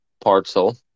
parcel